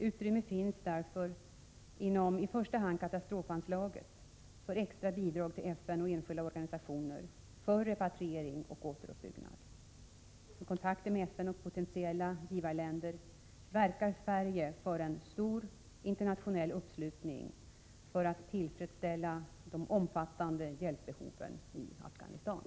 Utrymme finns därför inom i första hand repatriering och återuppbyggnad. I kontakter med FN och potentiella givarländer verkar Sverige för en stor internationell uppslutning för att tillfredsställa de omfattande hjälpbehoven i Afghanistan.